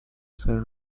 sir